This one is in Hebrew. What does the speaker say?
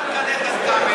עמד כאן איתן כבל,